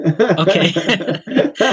Okay